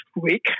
week